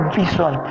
vision